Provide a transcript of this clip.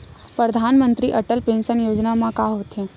परधानमंतरी अटल पेंशन योजना मा का होथे?